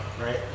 right